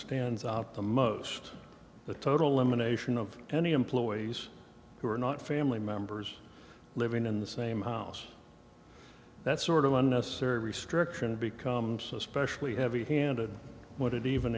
stands out the most the total elimination of any employees who are not family members living in the same house that sort of unnecessary restriction becomes especially heavy handed what it even